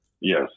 Yes